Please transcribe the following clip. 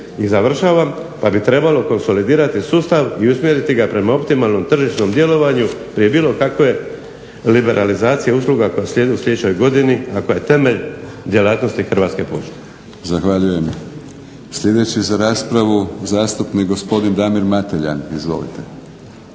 i završavam, da bi trebalo konsolidirati sustav i usmjeriti ga prema optimalnom tržišnom djelovanju prije bilo kakve liberalizacije usluga koja slijedi u sljedećoj godini, a koja je temelj djelatnosti Hrvatske pošte. **Batinić, Milorad (HNS)** Zahvaljujem. Sljedeći za raspravu zastupnik gospodin Damir Mateljan. Izvolite.